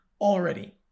already